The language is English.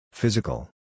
Physical